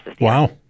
Wow